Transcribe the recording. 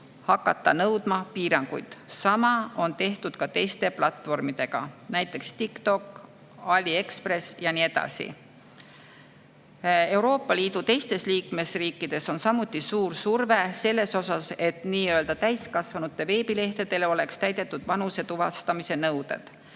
hakata nõudma piiranguid, seda on tehtud ka teiste platvormidega, näiteks TikTokiga, AliExpressiga ja nii edasi. Euroopa Liidu teistes liikmesriikides on samuti suur surve, et nii-öelda täiskasvanute veebilehtedel oleks täidetud vanuse tuvastamise nõue.